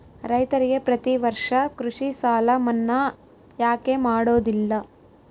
ರೈತರಿಗೆ ಪ್ರತಿ ವರ್ಷ ಕೃಷಿ ಸಾಲ ಮನ್ನಾ ಯಾಕೆ ಮಾಡೋದಿಲ್ಲ?